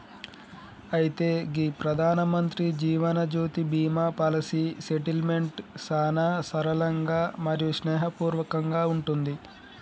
అయితే గీ Pradhan Mantri Jeevan Jyoti Bima policy settlement సానా సరళంగా మరియు స్నేహపూర్వకంగా ఉంటుంది